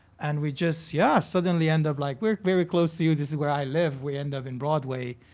and we just, yeah. so then we end up, like, we're very close to you, this is where i live. we end up in broadway.